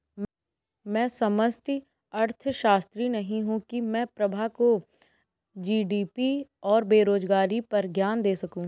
मैं समष्टि अर्थशास्त्री नहीं हूं की मैं प्रभा को जी.डी.पी और बेरोजगारी पर ज्ञान दे सकूं